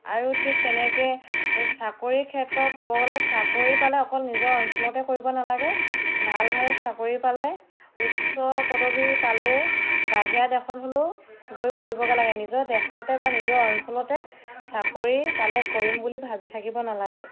আৰু ঠিক তেনেকৈ চাকৰিৰ ক্ষেত্ৰত ক'ব গ'লে চাকৰি পালে অকল নিজৰ অঞ্চলতে কৰিব নালাগে ভাল ভাল চাকৰি পালে উচ্চ পদবী পালে বাহিৰা দেশত হ'লেও গৈ কৰিবগৈ লাগে নিজৰ দেশতে বা নিজৰ অঞ্চলতে চাকৰি পালে কৰিম বুলি ভাবি থাকিব নালাগে